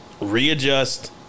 Readjust